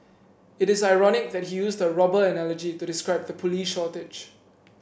it is ironic that he used a robber analogy to describe the police shortage